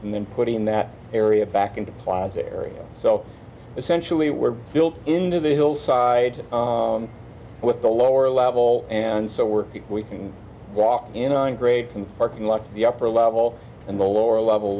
and then putting that area back into plant area so essentially we're built into the hillside with the lower level and so we're we can walk in on grade from the parking lot the upper level and the lower level